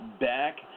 back